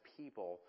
people